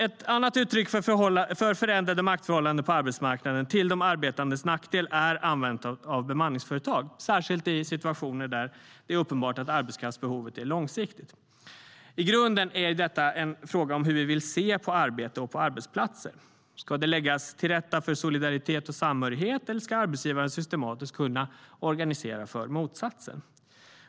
Ett annat uttryck för förändrade maktförhållanden på arbetsmarknaden till de arbetandes nackdel är användandet av bemanningsföretag, särskilt i situationer där det är uppenbart att arbetskraftsbehovet är långsiktigt. I grunden är detta en fråga om hur vi vill se på arbete och på arbetsplatser. Ska det läggas till rätta för solidaritet och samhörighet, eller ska arbetsgivaren systematiskt kunna organisera för motsatsen?